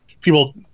people